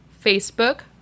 facebook